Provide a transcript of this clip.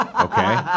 okay